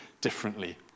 differently